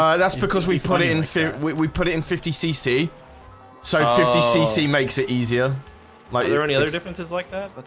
that's because we put it in fear we put it in fifty cc so fifty cc makes it easier like there any other differences like that